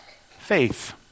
Faith